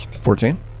Fourteen